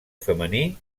femení